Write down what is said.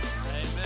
Amen